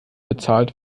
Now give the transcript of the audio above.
bezahlt